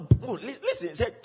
listen